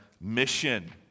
mission